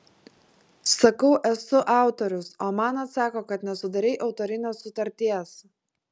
sakau esu autorius o man atsako kad nesudarei autorinės sutarties